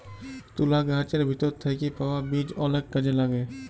তুলা গাহাচের ভিতর থ্যাইকে পাউয়া বীজ অলেক কাজে ল্যাগে